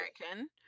American